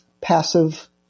passive